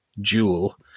jewel